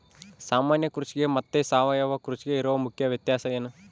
ಸಾಮಾನ್ಯ ಕೃಷಿಗೆ ಮತ್ತೆ ಸಾವಯವ ಕೃಷಿಗೆ ಇರುವ ಮುಖ್ಯ ವ್ಯತ್ಯಾಸ ಏನು?